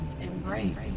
embrace